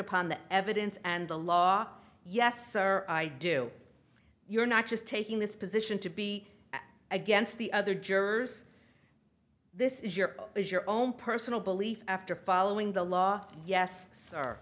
upon the evidence and the law yes are i do you're not just taking this position to be against the other jurors this is your is your own personal belief after following the law yes sir